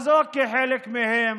אוקיי, חלק מהם